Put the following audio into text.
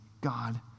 God